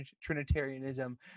Trinitarianism